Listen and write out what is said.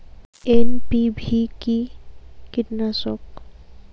NPV কি কীটনাশক?